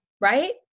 Right